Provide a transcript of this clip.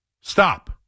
stop